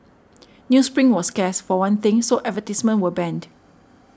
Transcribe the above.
newsprint was scarce for one thing so advertisements were banned